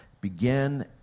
begin